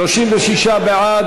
מי בעד?